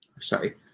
Sorry